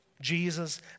Jesus